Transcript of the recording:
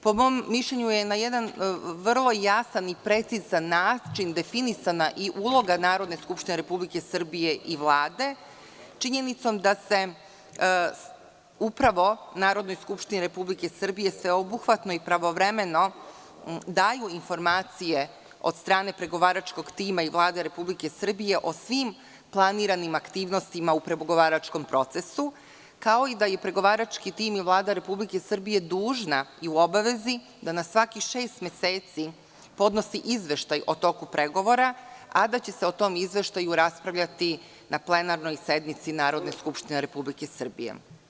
Po mom mišljenju je na vrlo jasan i precizan način definisana i uloga Narodna skupština Republike Srbije i Vlade činjenicom da se upravo Narodnoj skupštini Republike Srbije sveobuhvatno i pravovremeno daju informacije od strane pregovaračkog tima i Vlade Republike Srbije o svim planiranim aktivnostima u pregovaračkom procesu, kao i to da je pregovarački tim i Vlada Republike Srbije da na svakih šest meseci podnosi izveštaj o toku pregovora, a da će se o tom izveštaju raspravljati na plenarnoj sednici Narodne skupštine Republike Srbije.